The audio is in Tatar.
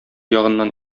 ягыннан